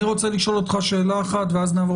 אני רוצה לשאול אותך שאלה אחת ואז נעבור